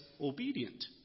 obedient